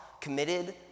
committed